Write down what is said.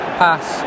pass